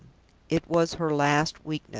it was her last weakness.